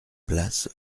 place